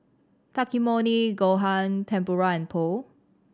Takikomi Gohan Tempura and Pho